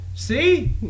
See